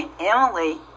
Emily